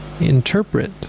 interpret